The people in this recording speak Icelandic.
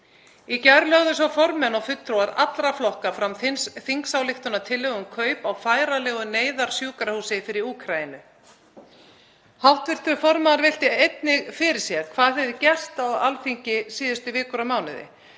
Í gær lögðu svo formenn og fulltrúar allra flokka fram þingsályktunartillögu um kaup á færanlegu neyðarsjúkrahúsi fyrir Úkraínu. Hv. formaður velti einnig fyrir sér hvað hefði gerst á Alþingi síðustu vikur og mánuði.